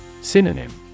Synonym